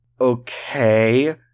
okay